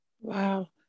Wow